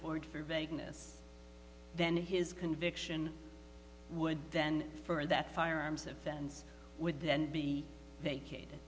forward for vagueness then his conviction would then for that firearms offense would then be vacated